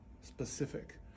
specific